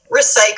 recycle